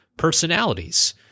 personalities